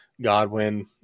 Godwin